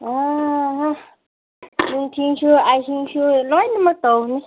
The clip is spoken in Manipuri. ꯑꯥ ꯅꯨꯡꯊꯤꯟꯁꯨ ꯑꯍꯤꯡꯁꯨ ꯂꯣꯏꯅꯃꯛ ꯇꯧꯕꯅꯤ